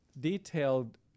detailed